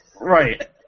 Right